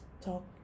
talk